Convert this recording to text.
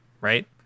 right